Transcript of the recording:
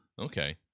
Okay